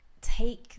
take